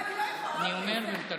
(אומר בערבית: